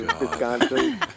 Wisconsin